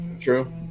True